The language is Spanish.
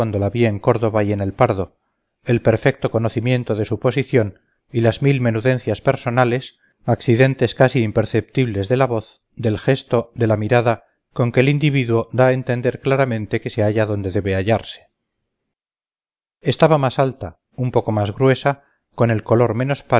en córdoba y en el pardo el perfecto conocimiento de su posición y las mil menudencias personales accidentes casi imperceptibles de la voz del gesto de la mirada con que el individuo da a entender claramente que se halla donde debe hallarse estaba más alta un poco más gruesa con el color menos